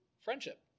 friendship